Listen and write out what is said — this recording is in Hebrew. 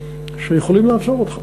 שיכולים לעצור אותך.